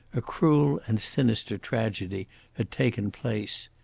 a cruel and sinister tragedy had taken place.